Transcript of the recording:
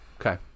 Okay